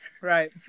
right